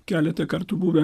keletą kartų buvę